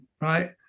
right